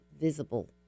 visible